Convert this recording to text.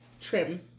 Trim